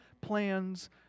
plans